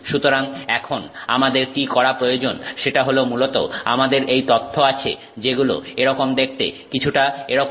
সুতরাং এখন আমাদের কি করা প্রয়োজন সেটা হলো মূলত আমাদের এই তথ্য আছে যেগুলো এরকম দেখতে কিছুটা এরকম